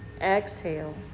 Exhale